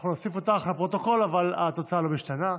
אנחנו נוסיף אותך לפרוטוקול, אבל התוצאה לא משתנה,